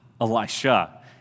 Elisha